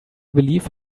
believe